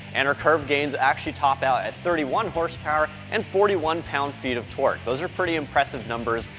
and our curve gains actually top out at thirty one horsepower and forty one pound-feet of torque. those are pretty impressive numbers,